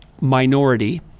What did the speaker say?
minority